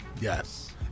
Yes